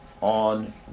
on